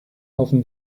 hoffen